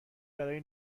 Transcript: برای